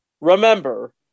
Remember